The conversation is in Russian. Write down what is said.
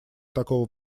такого